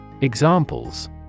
Examples